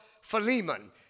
Philemon